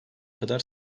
kadar